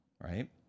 right